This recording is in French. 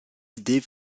idées